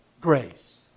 grace